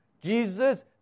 Jesus